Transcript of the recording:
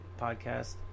podcast